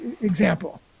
example